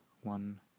one